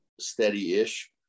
steady-ish